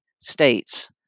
states